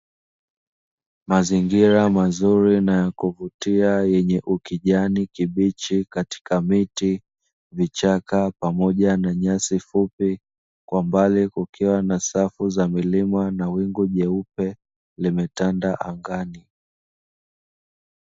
Mazingira mazuri na ya kuvutia yenye ukijani kibichi katika miti, vichaka, pamoja na nyasi fupi, kwa mbali kukiwa na safu za milima na wingu jeupe limetanda angani.